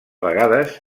vegades